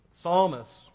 Psalmist